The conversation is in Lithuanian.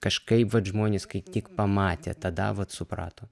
kažkaip vat žmonės kai tik pamatė tada vat suprato